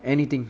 anything